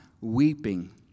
weeping